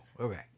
okay